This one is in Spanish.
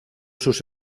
sus